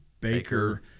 Baker